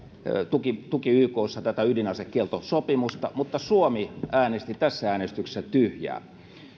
tuki tuki ykssa tätä ydinasekieltosopimusta mutta suomi äänesti tässä äänestyksessä tyhjää